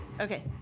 Okay